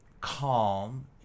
calm